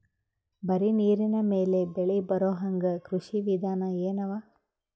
ಬರೀ ನೀರಿನ ಮೇಲೆ ಬೆಳಿ ಬರೊಹಂಗ ಕೃಷಿ ವಿಧಾನ ಎನವ?